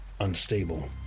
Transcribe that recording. Unstable